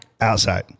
Outside